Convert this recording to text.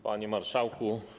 Panie Marszałku!